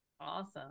Awesome